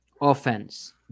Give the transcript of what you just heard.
offense